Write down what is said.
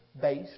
based